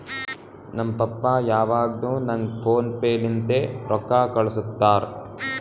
ನಮ್ ಪಪ್ಪಾ ಯಾವಾಗ್ನು ನಂಗ್ ಫೋನ್ ಪೇ ಲಿಂತೆ ರೊಕ್ಕಾ ಕಳ್ಸುತ್ತಾರ್